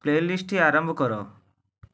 playlist ଆରମ୍ଭ କର